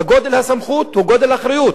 כגודל הסמכות גודל האחריות,